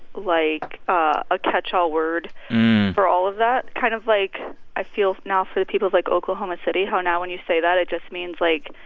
like, ah a catch-all word for all of that. kind of like i feel now for the people of, like, oklahoma city how now, when you say that, it just means, like.